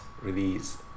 release